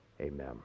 Amen